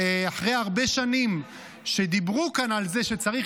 אחרי הרבה שנים שדיברו כאן על זה שצריך